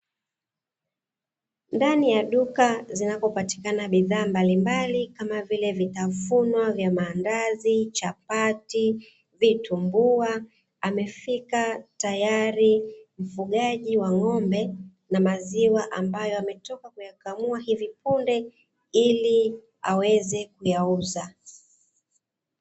Ndani ya duka zinazkopatikana bidhaa za aina mbalimbali kama vile vitafunwa vya maandazi, chapati na vitumbua, amefika tayari; mfugaji wa ng'ombe na maziwa ambayo ametoka kuyakamua hivi punde ili aweze kuyauza.